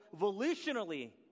volitionally